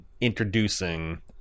introducing